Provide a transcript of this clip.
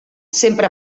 sempre